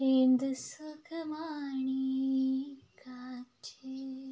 എന്ത് സുഖമാണീ ഈ കാറ്റ്